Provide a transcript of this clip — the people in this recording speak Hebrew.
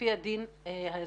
לפי הדין האזרחי?